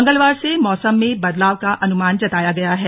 मंगलवार से मौसम में बदलाव का अनुमान जताया गया है